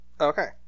okay